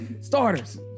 starters